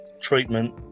treatment